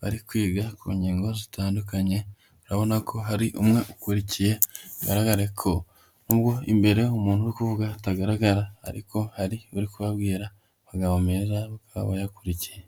bari kwiga ku ngingo zitandukanye, urabona ko hari umwe ukurikiye, bigaragare ko nubwo imbere umuntu uri kuvuga atagaragara, ariko hari uri kubabwira amagambo meza bakaba bayakurikiye.